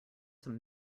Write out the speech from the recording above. some